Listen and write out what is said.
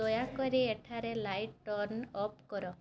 ଦୟାକରି ଏଠାରେ light turn off କର